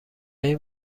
این